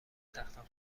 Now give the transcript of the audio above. تختخواب